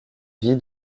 vie